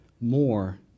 more